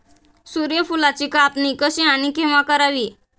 सूर्यफुलाची कापणी कशी आणि केव्हा करावी?